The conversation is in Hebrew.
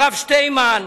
הרב שטיינמן,